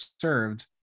served